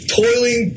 toiling